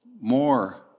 more